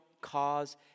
cause